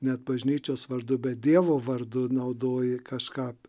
net bažnyčios vardu bet dievo vardu naudoji kažką